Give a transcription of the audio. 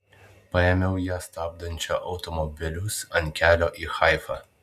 paėmiau ją stabdančią automobilius ant kelio į haifą